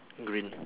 green